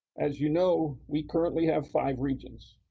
as you know, we currently have five regions.